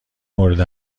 مورد